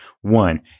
One